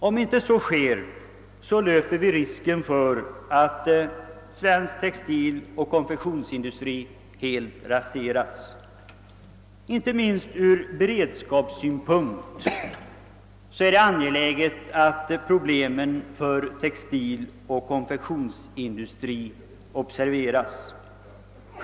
Om så inte sker löper vi risk för att svensk textiloch konfektionsindustri helt raseras. Inte minst ur beredskapssynpunkt är det angeläget att problemen för textiloch konfektionsindustrin observeras.